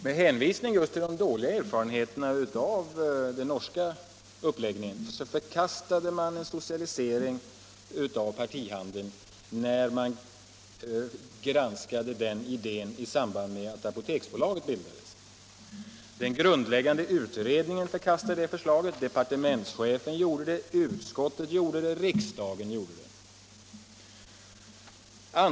Med hänvisning till de dåliga erfarenheterna från Norge förkastade man, när Apoteksbolaget bildades, förslaget att också partihandeln skulle socialiseras. Den grundläggande utredningen gjorde det, departementschefen gjorde det, utskottet gjorde det och riksdagen gjorde det.